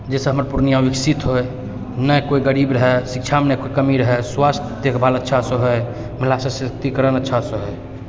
जाहिसँ हमर पूर्णिया विकसित होए ने कोई गरीब रहै शिक्षामे ने कोई कमी रहै स्वास्थ्य देखभाल अच्छासँ होइ महिला सशक्तिकरण अच्छासँ होइ